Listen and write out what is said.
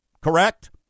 Correct